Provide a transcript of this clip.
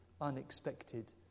unexpected